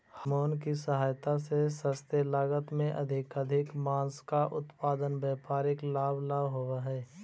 hormone की सहायता से सस्ते लागत में अधिकाधिक माँस का उत्पादन व्यापारिक लाभ ला होवअ हई